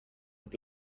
mit